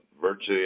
virtually